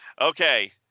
Okay